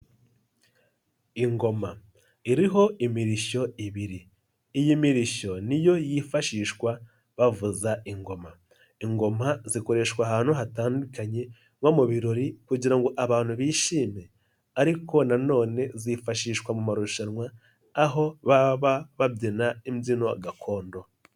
Ingoma iriho imirishyo ibiri iyi mirishyo niyo yifashishwa bavuza ingoma, ingoma zikoreshwa ahantu hatandukanye nko mu birori kugira ngo abantu bishime ariko nanone zifashishwa mu marushanwa aho baba babyina imbyino gakondo.